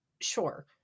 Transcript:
Sure